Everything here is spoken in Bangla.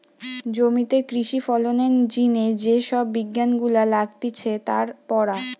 জমিতে কৃষি ফলনের জিনে যে সব বিজ্ঞান গুলা লাগতিছে তার পড়া